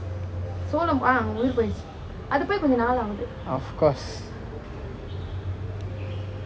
of course